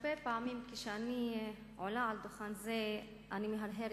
הרבה פעמים כשאני עולה על דוכן זה אני מהרהרת